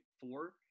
four